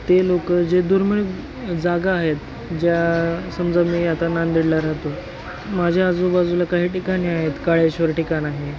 ते लोकं जे दुर्मीळ जागा आहेत ज्या समजा मी आता नांदेडला राहतो माझ्या आजूबाजूला काही ठिकाणी आहेत काळेश्वर ठिकाण आहे